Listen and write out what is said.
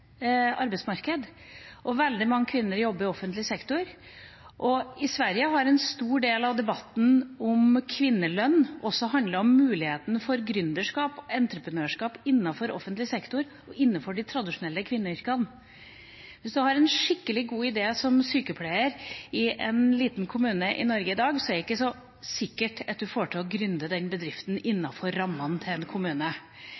og veldig mange kvinner jobber i offentlig sektor. I Sverige har en stor del av debatten om kvinnelønn også handlet om muligheten for gründerskap og entreprenørskap innenfor offentlig sektor og innenfor de tradisjonelle kvinneyrkene. Hvis du har en skikkelig god idé som sykepleier i en liten kommune i Norge i dag, er det ikke så sikkert at du får til å